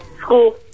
School